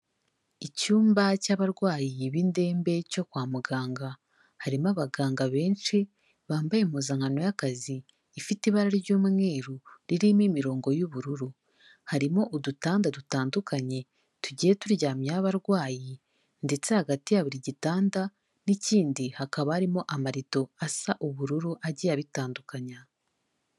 Icyumba cy'abarwayi b'indembe cyo kwa muganga, harimo abaganga benshi bambaye impuzankano y'akazi ifite ibara ry'umweru ririmo imirongo y'ubururu, harimo udutanda dutandukanye tugiye turyamyeho abarwayi ndetse hagati ya buri gitanda n'ikindi hakaba harimo amarido asa ubururu agiye abitandukanya.